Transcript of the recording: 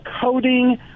coding